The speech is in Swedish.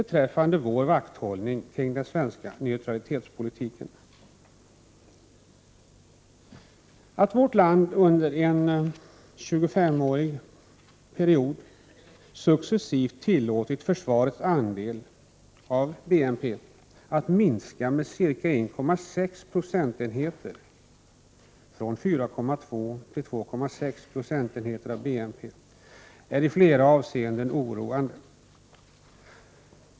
1988/89:121 ning kring den svenska neutralitetspolitiken. 25 maj 1989 Att vårt land under en 25-årsperiod successivt tillåtit försvarets andel av BNP att minska med ca 1,6 procentenheter — från 4,2 till 2,6 procentenheter av BNP - är i flera avseenden oroande.